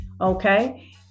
Okay